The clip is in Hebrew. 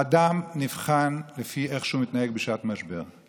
אדם נבחן לפי איך שהוא מתנהג בשעת משבר.